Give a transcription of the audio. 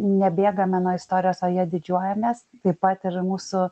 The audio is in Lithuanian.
ne bėgame nuo istorijos o ja didžiuojamės taip pat ir mūsų